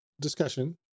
discussion